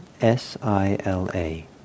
S-I-L-A